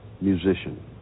musician